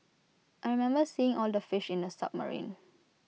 I remember seeing all the fish in the submarine